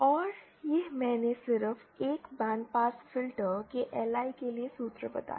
और यह मैंने सिर्फ एक बैंड पास फिल्टर के LI के लिए सूत्र बताया